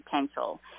potential